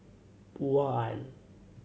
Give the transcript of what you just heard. one